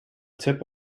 tip